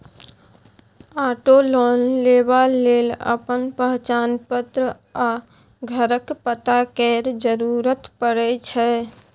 auto loan लेबा लेल अपन पहचान पत्र आ घरक पता केर जरुरत परै छै